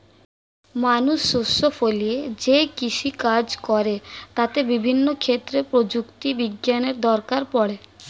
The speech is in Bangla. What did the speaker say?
মানুষ শস্য ফলিয়ে যেই কৃষি কাজ করে তাতে বিভিন্ন ক্ষেত্রে প্রযুক্তি বিজ্ঞানের দরকার পড়ে